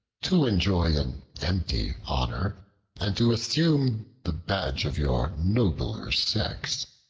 to enjoy an empty honor and to assume the badge of your nobler sex,